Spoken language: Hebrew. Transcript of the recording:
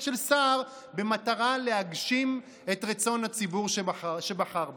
של שר במטרה להגשים את רצון הציבור שבחר בו.